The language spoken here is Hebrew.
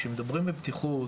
כשמדברים על בטיחות